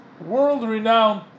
world-renowned